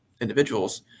individuals